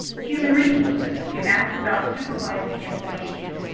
human resources, you ask about supervising employees.